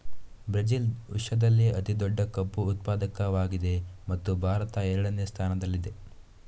Brazil ವಿಶ್ವದಲ್ಲೇ ಅತಿ ದೊಡ್ಡ ಕಬ್ಬು ಉತ್ಪಾದಕವಾಗಿದೆ ಮತ್ತು ಭಾರತ ಎರಡನೇ ಸ್ಥಾನದಲ್ಲಿದೆ